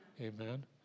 Amen